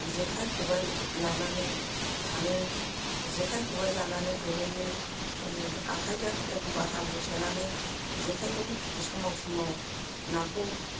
जेखाय खबाय लानानै थाङो जेखाय खबाय लानानै गुरैयो आखाइजों एखमबा हाब्रु सोनानै जेखायखौ सोमाव सोमाव नाखौ